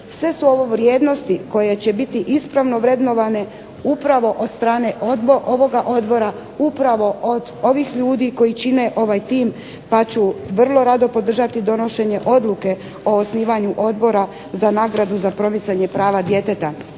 Sve su ovo vrijednosti koje će biti ispravno vrednovane upravo od strane ovog odbora, upravo od ovih ljudi koji čine ovaj tim pa ću vrlo rado podržati donošenje odluke o osnivanju odbora za nagradu za promicanje prava djeteta,